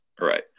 Right